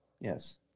yes